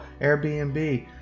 Airbnb